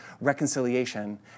reconciliation